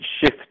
shift